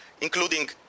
including